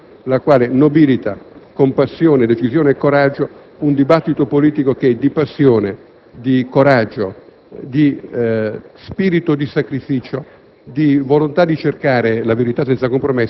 rimane la stima verso una persona la quale nobilita con passione, decisione e coraggio un dibattito politico che di passione, di coraggio, di spirito di sacrificio,